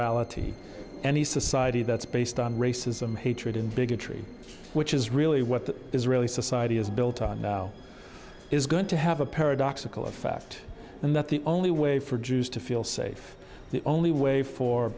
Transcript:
reality any society that's based on racism hatred and bigotry which is really what the israeli society is built on now is going to have a paradoxical effect and that the only way for jews to feel safe the only way for